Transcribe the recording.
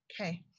Okay